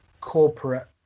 corporate